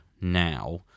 now